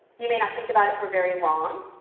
you may not think about it for very long.